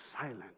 silent